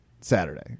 Saturday